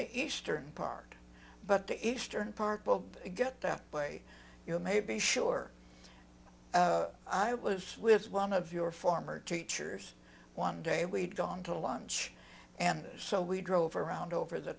the eastern part but the eastern part of it get that way you may be sure i was with one of your former teachers one day we'd gone to lunch and so we drove around over the